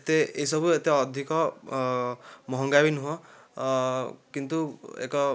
ଏତେ ଏସବୁ ଏତେ ଅଧିକ ମହଙ୍ଗା ବି ନୁହଁ କିନ୍ତୁ ଏକ